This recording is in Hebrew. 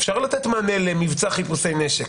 אפשר לתת מענה למבצע חיפושי נשק,